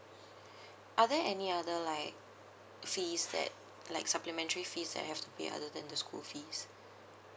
are there any other like fees that like supplementary fees that I have to pay other than the school fees